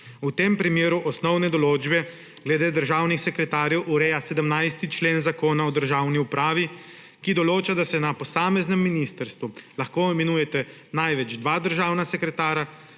V tem primeru osnovne določbe glede državnih sekretarjev ureja 17. člena Zakona o državni upravi, ki določa, da se na posameznem ministrstvu lahko imenujeta največ dva državna sekretarja,